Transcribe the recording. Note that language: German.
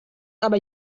aber